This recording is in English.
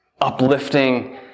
uplifting